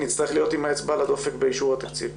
נצטרך להיות עם האצבע על הדופק באישור התקציב.